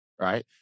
right